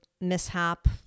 mishap